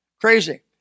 Crazy